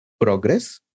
progress